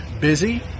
busy